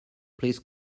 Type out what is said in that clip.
please